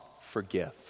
forgive